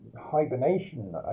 hibernation